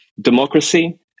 democracy